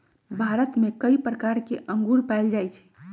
भारत में कई प्रकार के अंगूर पाएल जाई छई